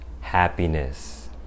happiness